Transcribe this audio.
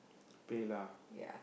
PayLah